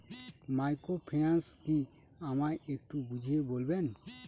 Microfinance কি আমায় একটু বুঝিয়ে বলবেন?